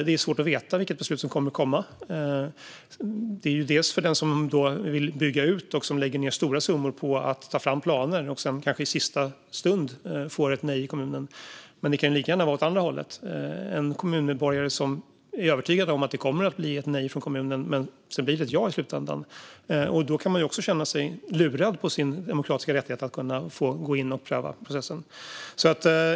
Det är svårt att veta vilket beslut som kommer att komma. Den som bygger ut och lägger ned stora summor på att ta fram planer kanske i sista stund får ett nej i kommunen. Men det kan lika gärna vara åt andra hållet. En kommunmedborgare kan vara övertygad om att det kommer att bli ett nej från kommunen, men sedan blir det i slutändan ett ja. Då kan man känna sig lurad på sin demokratiska rättighet att gå in och pröva processen.